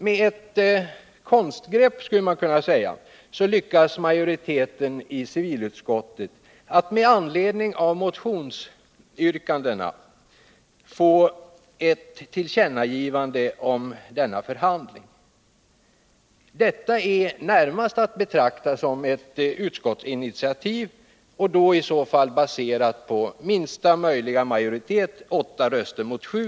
Med vad man skulle kunna kalla ett konstgrepp lyckas majoriteten i civilutskottet att med anledning av motionsyrkandena få ett tillkännagivande om denna förhandling. Detta är närmast att betrakta som ett utskottsinitiativ, baserat på minsta möjliga majoritet, 8 röster mot 7.